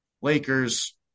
Lakers